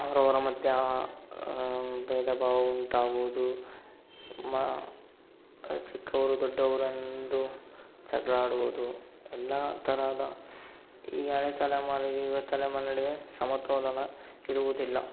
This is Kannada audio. ಅವರವರ ಮಧ್ಯ ಭೇದ ಭಾವ ಉಂಟಾಗುವುದು ಚಿಕ್ಕವರು ದೊಡ್ಡವರು ಎಂದು ಜಗಳ ಆಡುವುದು ಎಲ್ಲ ತರಹದ ಈ ಹಳೆಯ ತಲೆಮಾರಿಗೆ ಯುವ ತಲೆಮಾರಿನ ನಡುವೆ ಸಮತೋಲನ ಇರುವುದಿಲ್ಲ